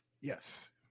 Yes